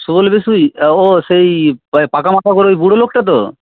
সুবল বিশুই ও সেই পাকা মাথা করে ওই বুড়ো লোকটা তো